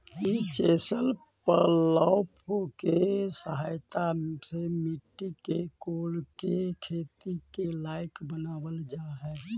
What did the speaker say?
ई chisel plough के सहायता से मट्टी के कोड़के खेती के लायक बनावल जा हई